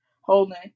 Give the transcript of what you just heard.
holding